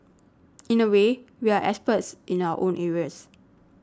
in a way we are experts in our own areas